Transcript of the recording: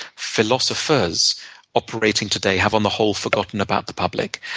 philosophers operating today have, on the whole, forgotten about the public.